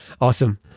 awesome